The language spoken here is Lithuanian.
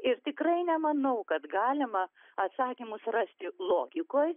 ir tikrai nemanau kad galima atsakymus rasti logikoj